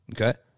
okay